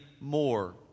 more